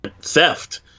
theft